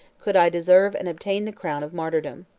could i deserve and obtain the crown of martyrdom.